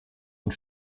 und